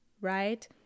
right